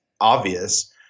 obvious